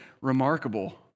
remarkable